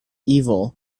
evil